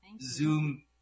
Zoom